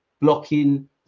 blocking